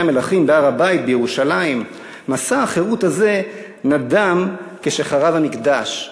המלכים בהר-הבית בירושלים מסע החירות הזה נדם כשחרב המקדש.